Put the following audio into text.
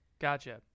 Gotcha